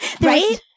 right